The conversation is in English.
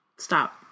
stop